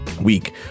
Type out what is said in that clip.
week